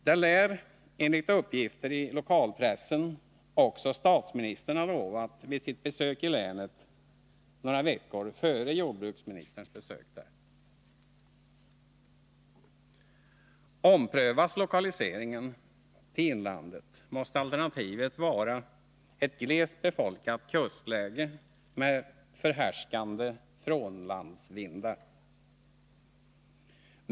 Det lär — enligt uppgifter i lokalpressen — också statsministern ha lovat vid sitt besök i länet några veckor före jordbruksministerns besök där. Omprövas lokaliseringen av SAKAB:s anläggning till inlandet måste alternativet vara en glest befolkad kust med förhärskande frånlandsvindar.